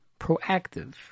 proactive